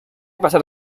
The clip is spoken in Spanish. pasar